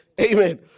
Amen